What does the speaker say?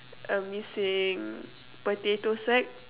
a missing potato sack